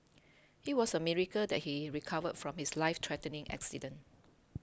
it was a miracle that he recovered from his lifethreatening accident